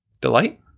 delight